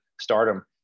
stardom